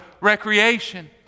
recreation